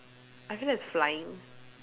I feel that's flying